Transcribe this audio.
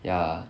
ya